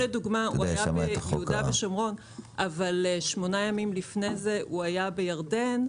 אם שמונה ימים לפני זה הוא היה בירדן,